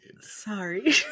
Sorry